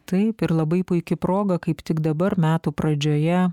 taip ir labai puiki proga kaip tik dabar metų pradžioje